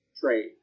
trade